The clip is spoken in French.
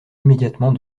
immédiatement